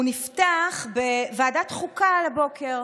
הוא נפתח בוועדת חוקה על הבוקר.